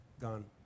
gone